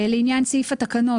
לעניין סעיף התקנות,